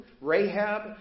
Rahab